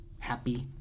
happy